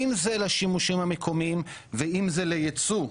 אם זה לשימושים המקומיים ואם זה לייצוא.